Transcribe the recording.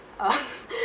uh